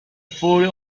four